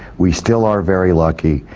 we still are very lucky.